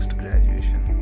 graduation